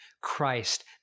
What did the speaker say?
Christ